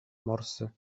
morsy